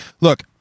Look